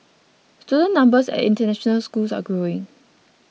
student numbers at international schools are growing